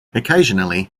occasionally